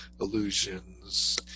illusions